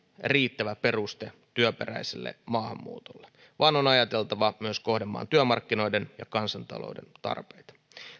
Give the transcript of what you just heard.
riittävä peruste työperäiselle maahanmuutolle vaan on ajateltava myös kohdemaan työmarkkinoiden ja kansantalouden tarpeita